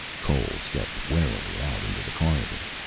cole stepped warily out into the corridor.